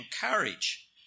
courage